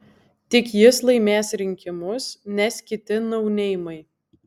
tik jis laimės rinkimus nes kiti nauneimai